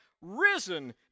risen